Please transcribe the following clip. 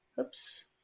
oops